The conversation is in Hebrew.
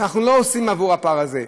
אנחנו לא עושים לגבי הפער הזה.